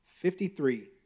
Fifty-three